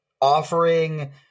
offering